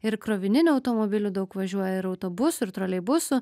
ir krovininių automobilių daug važiuoja ir autobusų ir troleibusų